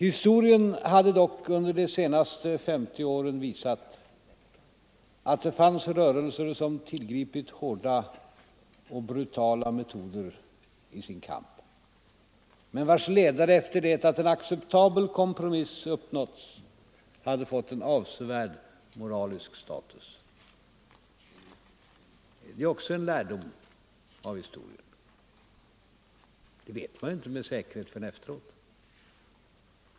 Historien hade dock under de senaste 50 åren visat att det fanns rörelser som tillgripit hårda och brutala metoder i sin kamp men vars ledare efter det att en acceptabel kompromiss uppnåtts hade fått en avsevärd moralisk status.” Det är också en lärdom av historien, men det vet man inte med säkerhet förrän efteråt.